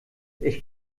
ich